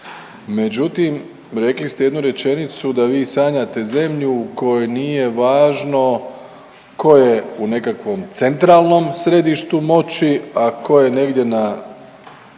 Međutim, rekli ste jednu rečenicu da vi sanjate zemlju u kojoj nije važno tko je u nekakvom centralnom središtu moći, a tko je negdje na